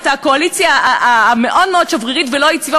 את הקואליציה המאוד-מאוד שברירית ולא יציבה,